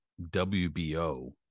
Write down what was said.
WBO